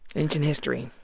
ancient history.